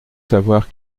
savoir